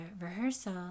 rehearsal